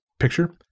picture